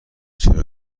چرا